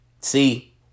See